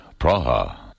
Praha